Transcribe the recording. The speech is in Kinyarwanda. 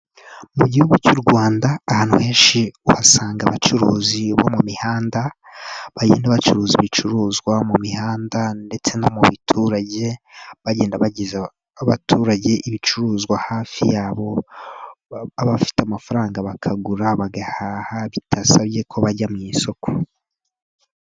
Mu gihugu cy'u Rwanda ahantu henshi uhasanga abacuruzi bo mu mihanda bagenda bacuruza ibicuruzwa mu mihanda ndetse no mu biturage bagenda bageza abaturage ibicuruzwa hafi yabo abafite amafaranga bakagura bagahaha bitasabye ko bajya mu isoko.